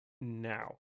now